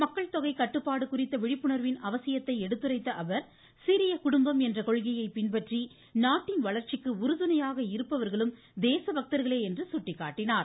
மக்கள் தொகை கட்டுப்பாடு குறித்த விழிப்புணர்வின் அவசியத்தை எடுத்துரைத்த அவர் சிறிய குடும்பம் என்ற கொள்கையை பின்பற்றி நாட்டின் வளர்ச்சிக்கு உறுதுணையாக இருப்பவர்களும் தேச பக்தர்களே என்று சுட்டிக்காட்டினார்